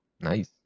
Nice